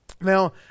Now